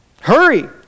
Hurry